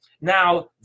Now